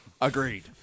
Agreed